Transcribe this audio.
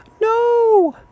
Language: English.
No